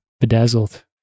bedazzled